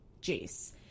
Jace